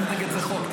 אין נגד זה חוק,